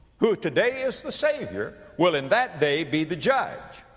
who today is the savior, will in that day be the judge.